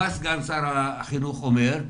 מה סגן שר החינוך אומר?